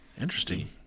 Interesting